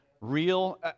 Real